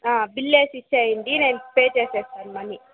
bill వేసి ఇచ్చేయండి నేను పే చేసేస్తాను మనీ